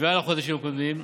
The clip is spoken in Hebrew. שנקבעה בחודשים הקודמים,